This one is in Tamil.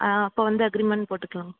ஆ அப்போ வந்து அக்ரிமெண்ட் போட்டுக்கலாம்